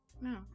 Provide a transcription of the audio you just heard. no